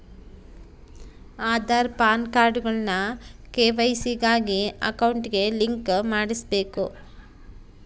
ಆದಾರ್, ಪಾನ್ಕಾರ್ಡ್ಗುಳ್ನ ಕೆ.ವೈ.ಸಿ ಗಾಗಿ ಅಕೌಂಟ್ಗೆ ಲಿಂಕ್ ಮಾಡುಸ್ಬಕು